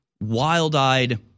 wild-eyed